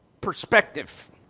perspective